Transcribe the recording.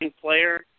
player